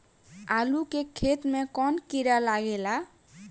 आलू के खेत मे कौन किड़ा लागे ला?